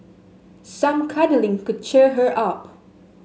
some cuddling could cheer her up